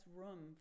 room